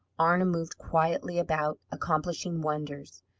arna moved quietly about, accomplishing wonders.